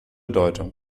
bedeutung